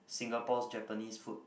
Singapore's Japanese food